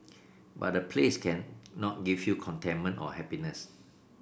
but a place cannot give you contentment or happiness